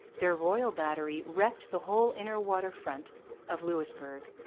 their royal battery wrecked the whole inner water-front of louisbourg.